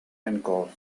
uncalled